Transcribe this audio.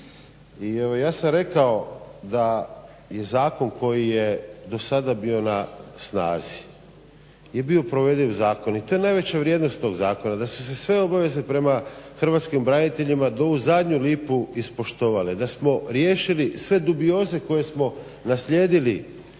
i evo ja sam rekao da je zakon koji je do sada bio na snazi je bio provediv zakon i to je najveća vrijednost tog zakona da su se sve obaveze prema hrvatskim braniteljima do u zadnju lipu ispoštovale, da smo riješili sve dubioze koje smo naslijedili